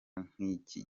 nk’iki